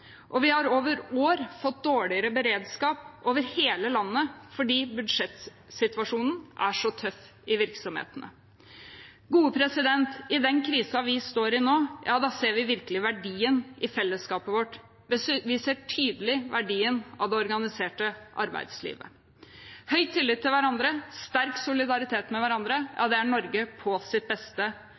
og vi har over år fått dårligere beredskap over hele landet fordi budsjettsituasjonen er så tøff i virksomhetene.» I den krisen vi står i nå, ser vi virkelig verdien i fellesskapet vårt. Vi ser tydelig verdien av det organiserte arbeidslivet. Høy tillit til hverandre, sterk solidaritet med hverandre – det er Norge på sitt beste.